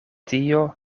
tio